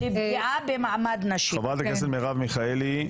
חברת הכנסת מרב מיכאלי.